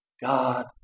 God